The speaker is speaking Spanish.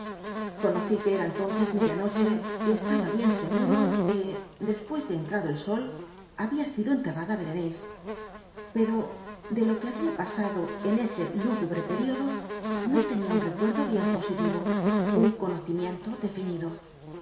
conocí que era entonces media noche y estaba bien seguro que después de entrado el sol había sido enterrada berenice pero de lo que había pasado en ese l ú g u b r e período no tenía un recuerdo bien positivo u n conocimiento definido